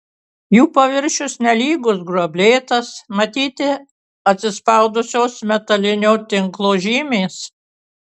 jų paviršius nelygus gruoblėtas matyti atsispaudusios metalinio tinklo žymės